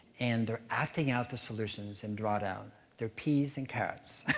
and they're acting out the solutions in drawdown. they're peas and carrots.